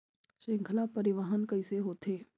श्रृंखला परिवाहन कइसे होथे?